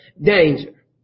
danger